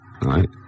right